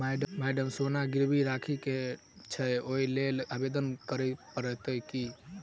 Madam सोना गिरबी राखि केँ छैय ओई लेल आवेदन करै परतै की?